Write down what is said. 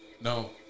No